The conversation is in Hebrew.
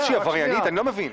אני לא מבין.